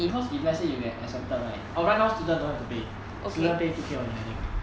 because if let's say you got accepted right or right now student don't have to pay student pay two K only I think